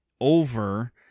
over